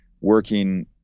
working